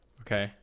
Okay